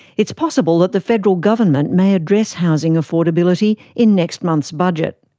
it's possible that the federal government may address housing affordability in next month's budget.